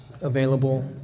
available